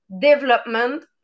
development